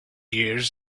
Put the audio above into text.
years